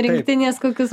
rinktinės kokius